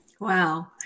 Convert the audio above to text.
Wow